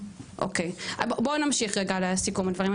אוקיי, בואו נמשיך רגע לסיכום הדברים.